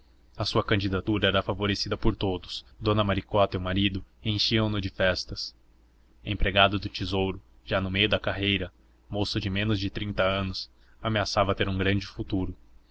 a sua candidatura era favorecida por todos dona maricota e o marido enchiam-no de festas empregado do tesouro já no meio da carreira moço de menos de trinta anos ameaçava ter um grande futuro